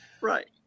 right